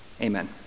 Amen